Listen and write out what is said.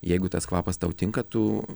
jeigu tas kvapas tau tinka tu